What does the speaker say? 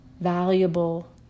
valuable